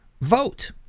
vote